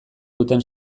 duten